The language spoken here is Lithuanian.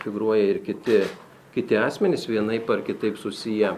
figūruoja ir kiti kiti asmenys vienaip ar kitaip susiję